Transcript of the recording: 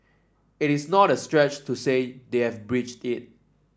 it's not a stretch to say they have breached it